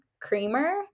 creamer